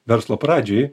verslo pradžioj